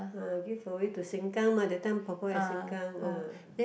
uh give away to Sengkang mah that time 婆婆 at Sengkang uh